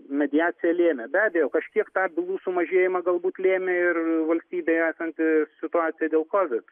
na mediacija lėmė be abejo kažkiek tą bylų sumažėjimą galbūt lėmė ir valstybėje esantis situacija dėl kovid